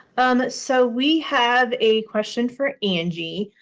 um so we have a question for angie.